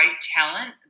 talent